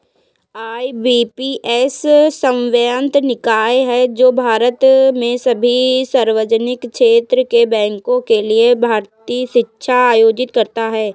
IBPS स्वायत्त निकाय है जो भारत में सभी सार्वजनिक क्षेत्र के बैंकों के लिए भर्ती परीक्षा आयोजित करता है